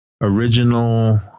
Original